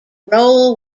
roll